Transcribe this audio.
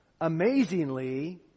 amazingly